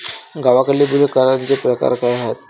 गावाकडली मुले करांचे प्रकार काय आहेत?